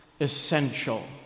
essential